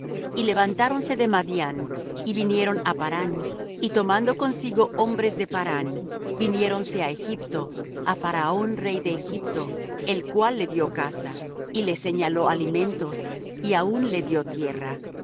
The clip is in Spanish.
y levantáronse de madián y vinieron á parán y tomando consigo hombres de parán viniéronse á egipto á faraón rey de egipto el cual le dió casa y le señaló alimentos y aun le dió tierra y